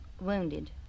wounded